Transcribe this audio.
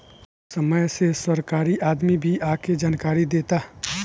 समय से सरकारी आदमी भी आके जानकारी देता